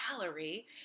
Gallery